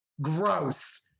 Gross